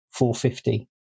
450